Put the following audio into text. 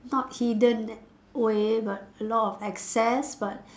not hidden way but a lot of access but